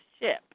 ship